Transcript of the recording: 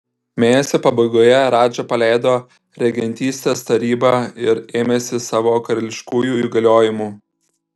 mėnesio pabaigoje radža paleido regentystės tarybą ir ėmėsi savo karališkųjų įgaliojimų